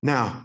Now